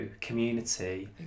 community